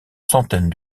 centaines